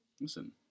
Listen